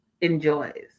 enjoys